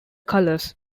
colors